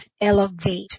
elevate